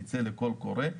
נצא עם קול קורא,